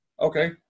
Okay